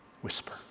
whisper